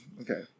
Okay